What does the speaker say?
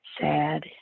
sad